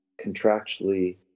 contractually